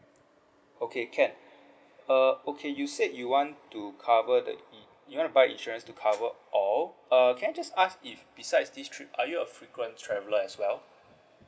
okay can uh okay you said you want to cover the i~ you want to buy insurance to cover all uh can I just ask if besides this trip are you a frequent traveller as well